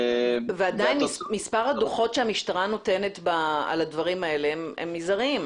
ועדיין מספר הדוחות שהמשטרה נותנת על הדברים האלה הוא מזערי,